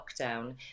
lockdown